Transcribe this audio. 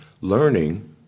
learning